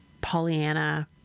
Pollyanna